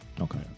okay